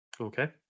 Okay